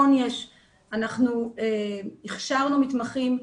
הכשרנו מתמחים,